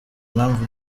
impamvu